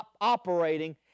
operating